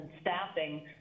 staffing